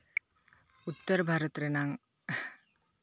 ᱩᱛᱛᱚᱨ ᱵᱷᱟᱨᱚᱛ ᱨᱮᱱᱟᱜ